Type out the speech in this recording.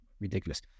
Ridiculous